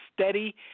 steady